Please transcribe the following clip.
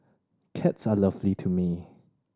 cats are lovely to me